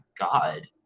God